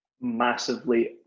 Massively